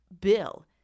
bill